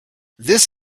this